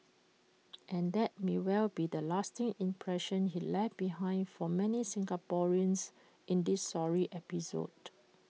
and that may well be the lasting impression he left behind for many Singaporeans in this sorry episode